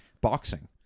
Boxing